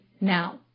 now